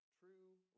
true